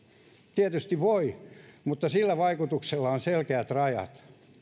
tietysti voi mutta sillä vaikutuksella on selkeät rajat